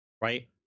right